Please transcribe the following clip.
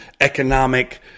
economic